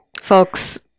Folks